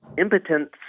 Impotence